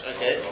Okay